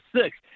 six